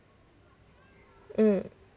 mm